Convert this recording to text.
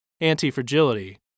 Anti-fragility